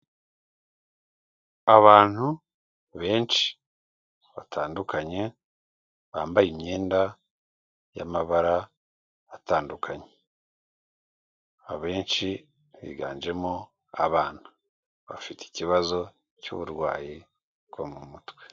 Abantu benshi batandukanye bambaye imyenda y'amabara atandukanye, abenshi biganjemo abana bafite ikibazo cy'uburwayi bwo mu mutwe.